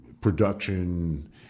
production